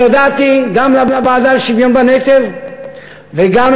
אני הודעתי גם לוועדה לשוויון בנטל וגם